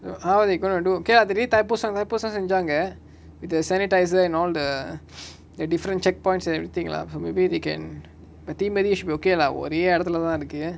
how are they gonna do okay the re~ thaipooso thaipooso செஞ்சாங்க:senjaanga with the sanitizer and all the the different checkpoints and everything lah so maybe they can but தீ மிதி:thee mithi is okay lah ஒரே எடத்துளதா இருக்கு:ore edathulatha iruku